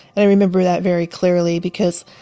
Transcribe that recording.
and i remember that very clearly because.